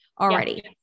already